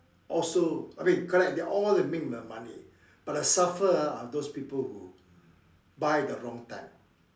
also I mean correct they're all make the money but the suffer ah are those people who buy the wrong time